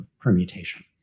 permutation